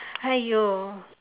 !haiyo!